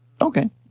Okay